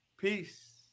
Peace